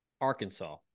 Arkansas